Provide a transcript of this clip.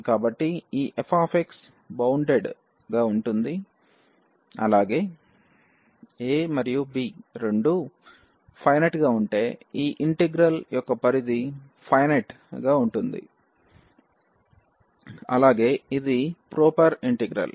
కాబట్టి ఈ f bounded గా ఉంటుంది అలాగే a మరియు b రెండూ ఫైనెట్ గా ఉంటే ఈ ఇంటిగ్రల్ యొక్క పరిధి ఫైనైట్ గా ఉంటుంది అలాగే ఇది ప్రోపర్ ఇంటిగ్రల్